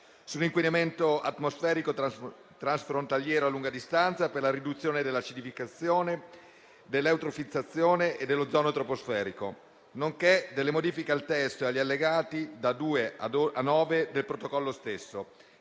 sull'inquinamento atmosferico transfrontaliero a lunga distanza per la riduzione dell'acidificazione, dell'eutrofizzazione e dell'ozono troposferico, nonché delle modifiche al testo e agli allegati da II a IX del protocollo stesso,